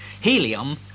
Helium